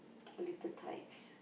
little tights